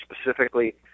specifically